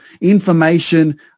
information